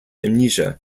amnesia